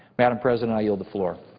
madam president, i yield the floor.